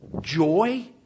joy